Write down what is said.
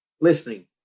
listening